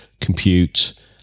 compute